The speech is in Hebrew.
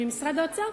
ממשרד האוצר,